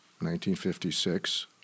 1956